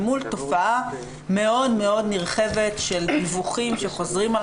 זאת אל מול תופעה מאוד מאוד נרחבת של דיווחים שחוזרים על